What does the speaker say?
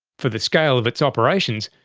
for the scale of its operations,